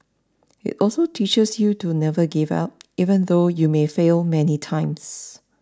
it also teaches you to never give up even though you may fail many times